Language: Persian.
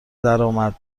درآمد